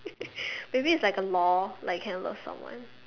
maybe it's like a law like cannot love someone